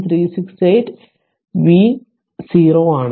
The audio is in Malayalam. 368 V0 ആണ്